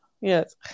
yes